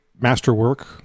masterwork